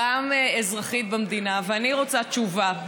גם אזרחית במדינה, ואני רוצה תשובה.